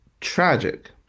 tragic